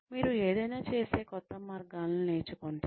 మీరు ఏదైనా చేసే కొత్త మార్గాలను నేర్చుకుంటారు